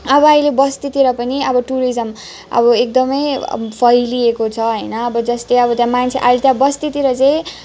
अब अहिले बस्तीतिर पनि अब टुरिजम अब एकदमै फैलिएको छ होइन अब जस्तै अब त्यहाँ मान्छे अहिले त बस्तीतिर चाहिँ